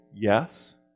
Yes